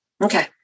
Okay